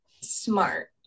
smart